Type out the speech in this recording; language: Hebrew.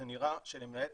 זה נראה שלמעט